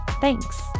Thanks